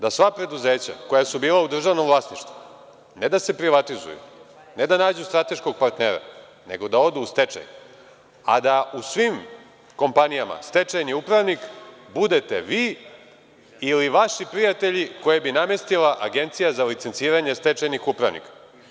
Da sva preduzeća koja su bila u državnom vlasništvu ne da se privatizuju, ne da nađu strateškog partnera, nego da odu u stečaj, a da u svim kompanijama stečajni upravnik budete vi ili vaši prijatelji koje bi namestila Agencija za licenciranje stečajnih upravnika.